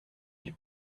ich